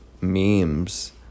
memes